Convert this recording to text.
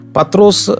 Patros